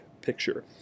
picture